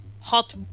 hot